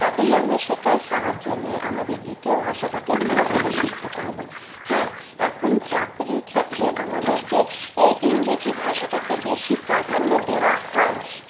তবেই আমরা সেটার সাহায্য নিয়ে আমাদের দ্বিতীয় ভাষাটাকে ভালোভাবে শিখতে পারবো হ্যাঁ এখন চাকরির ক্ষেত্রে আমাদেরকে এ ইংরেজি ভাষাটাকে বেশি প্রাধান্য দেওয়া হয়